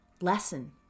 lesson